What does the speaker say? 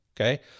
Okay